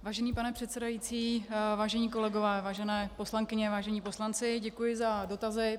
Vážený pane předsedající, vážení kolegové, vážené poslankyně, vážení poslanci, děkuji za dotazy.